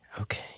okay